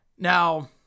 Now